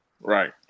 Right